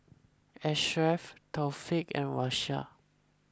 Ashraf Taufik and Raisya